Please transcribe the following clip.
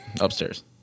Upstairs